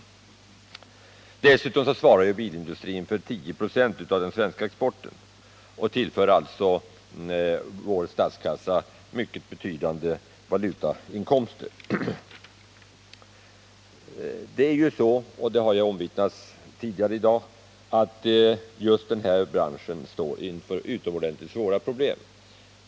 Dessutom svarar bilindustrin för 10 96 av den svenska exporten och tillför alltså vår statskassa mycket betydande valutainkomster. Som redan har omvittnats här i dag står den svenska bilbranschen inför utomordentligt stora problem.